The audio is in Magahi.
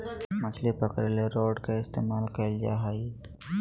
मछली पकरे ले रॉड के इस्तमाल कइल जा हइ